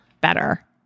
better